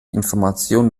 information